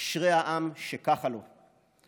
אשרי העם שככה לו".